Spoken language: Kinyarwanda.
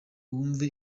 wumve